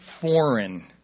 foreign